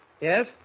Yes